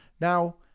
Now